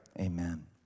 amen